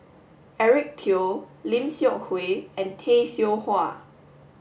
Eric Teo Lim Seok Hui and Tay Seow Huah